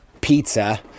pizza